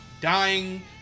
dying